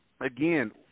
again